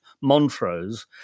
Montrose